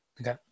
Okay